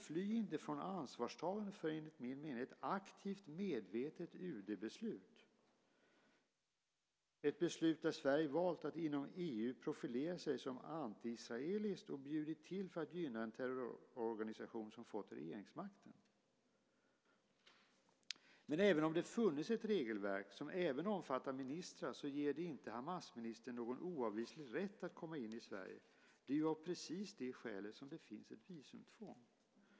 Fly inte från ansvarstagandet från ett enligt min mening aktivt, medvetet UD-beslut! Det är ett beslut där Sverige valt att inom EU profilera sig som antiisraeliskt och bjudit till för att gynna en terrororganisation som fått regeringsmakten. Även om det funnits ett regelverk, som även omfattar ministrar, ger det inte Hamasministern någon oavvislig rätt att komma in i Sverige. Det är av precis det skälet som det finns ett visumtvång.